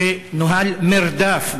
שנוהל מרדף.